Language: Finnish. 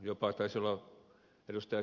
taisi olla ed